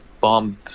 bombed